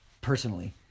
Personally